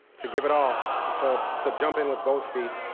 to give it all, to to jump in with both feet.